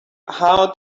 how